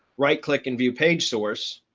right click and view page source,